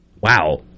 Wow